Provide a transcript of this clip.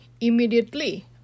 Immediately